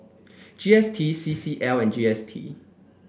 G S T C C L and G S T